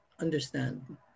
understand